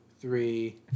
three